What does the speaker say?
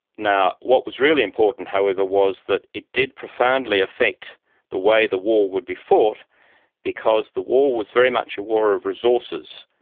what was really important however was that it did profoundly affect the way the war would be fought because the war was very much a war of resources,